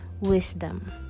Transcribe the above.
wisdom